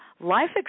life